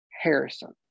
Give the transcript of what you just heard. Harrison